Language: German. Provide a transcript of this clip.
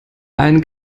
ein